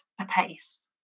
apace